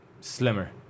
Slimmer